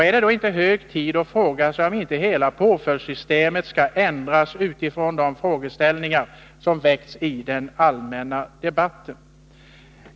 Är det då inte hög tid att fråga sig om inte hela påföljdssystemet skall ändras utifrån de frågeställningar som väckts i den allmänna debatten?